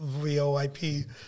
VOIP